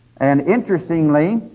and interestingly,